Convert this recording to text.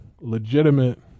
legitimate